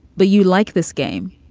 but you like this game.